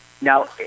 Now